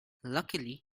luckily